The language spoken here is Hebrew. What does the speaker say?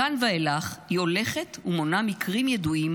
מכאן ואילך היא הולכת ומונה מקרים ידועים